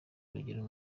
urugero